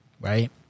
right